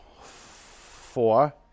Four